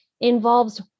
involves